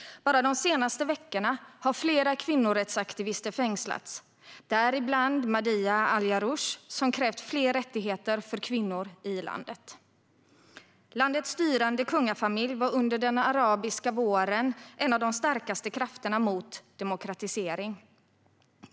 Bara de senaste veckorna har flera kvinnorättsaktivister fängslats, däribland Madiha al-Jaroush, som krävt fler rättigheter för kvinnor i landet. Landets styrande kungafamilj var under den arabiska våren en av de starkaste krafterna mot demokratisering.